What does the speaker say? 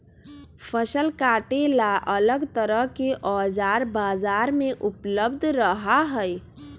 फसल काटे ला अलग तरह के औजार बाजार में उपलब्ध रहा हई